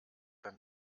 beim